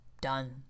done